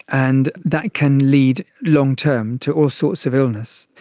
and that can lead long-term to all sorts of illness.